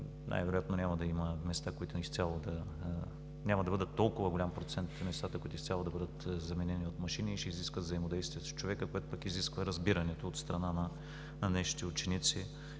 Най-вероятно няма да бъдат толкова голям процент местата, които изцяло да бъдат заменени от машини и ще изискват взаимодействие с човека, което пък изисква разбирането от страна на днешните ученици,